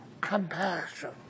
compassion